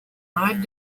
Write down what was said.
lied